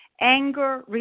Anger